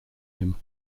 him